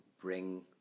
bring